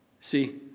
See